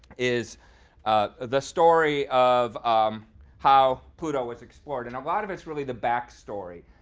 is the story of um how pluto was explored. and a lot of it's really the back story,